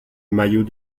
maillot